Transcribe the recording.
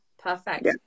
perfect